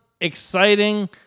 Exciting